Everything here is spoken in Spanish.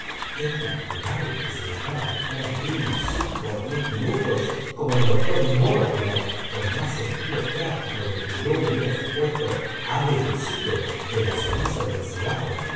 es natural que se dejara estar ajlí uno qinco ó diez minutos como el doctor mortimer con más sentido práctico del que yo le hubiera supuesto ha deducido de la ceniza del cigarro